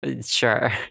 Sure